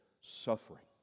suffering